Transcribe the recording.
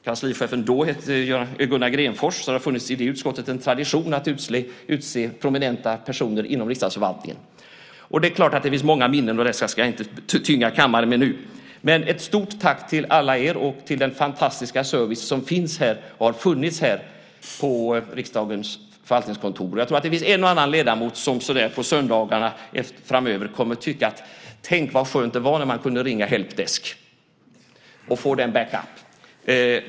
Kanslichefen då hette Gunnar Grenfors, så det har i det utskottet funnits en tradition att utse prominenta personer inom riksdagsförvaltningen. Det är klart att det finns många minnen. Dessa ska jag inte tynga kammaren med nu. Men ett stort tack till alla er och till den fantastiska service som finns och har funnits här på riksdagens förvaltningskontor! Jag tror att det finns en och annan ledamot som på söndagarna framöver kommer att tänka: Vad skönt det var när man kunde ringa Helpdesk och få backup!